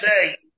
say